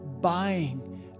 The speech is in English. buying